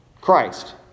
Christ